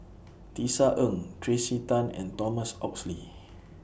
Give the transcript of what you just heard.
Tisa Ng Tracey Tan and Thomas Oxley